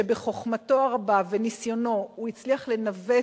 שבחוכמתו הרבה ובניסיונו הוא הצליח לנווט